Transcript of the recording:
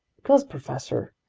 because, professor,